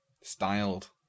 Styled